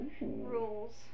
rules